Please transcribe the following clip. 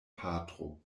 patro